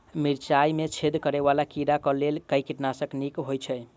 मिर्चाय मे छेद करै वला कीड़ा कऽ लेल केँ कीटनाशक नीक होइ छै?